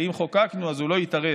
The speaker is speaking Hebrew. ואם חוקקנו אז הוא לא התערב.